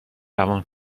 روان